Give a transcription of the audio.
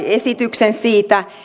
esityksen kaksoiskuntalaisuudesta